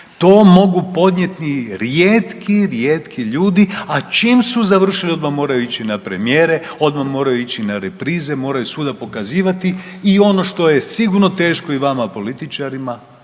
To mogu podnijeti rijetki, rijetki ljudi, a čim su završili odmah moraju ići na premijere, odmah moraju ići na reprize, moraju svuda pokazivati i ono što je sigurno teško i vama političarima